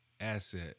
asset